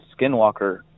skinwalker